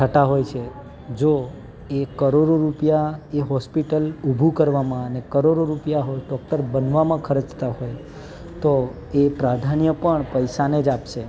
થતાં હોય છે જો એ કરોડો રૂપિયા એ હોસ્પિટલ ઊભું કરવામાં અને કરોડો રૂપિયા હોય ડૉક્ટર બનવામાં ખર્ચતા હોય તો એ પ્રાધાન્ય પણ પૈસાને જ આપશે